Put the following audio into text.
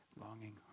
longing